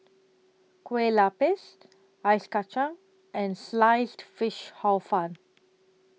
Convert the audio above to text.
Kueh Lapis Ice Kacang and Sliced Fish Hor Fun